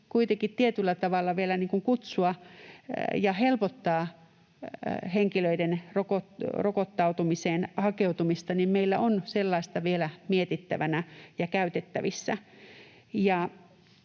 kuitenkin tietyllä tavalla vielä kutsua ja helpottaa henkilöiden rokottautumiseen hakeutumista, on meillä vielä mietittävänä ja käytettävissä.